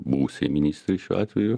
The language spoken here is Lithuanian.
buvusiai ministrei šiuo atveju